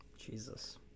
Jesus